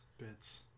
bits